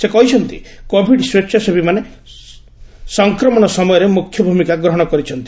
ସେ କହିଛନ୍ତି କୋବିଡ୍ ସ୍ୱେଚ୍ଛାସେବୀମାନେ ସଫକ୍ରମଣ ସମୟରେ ମୁଖ୍ୟ ଭୂମିକା ଗ୍ରହଣ କରିଛନ୍ତି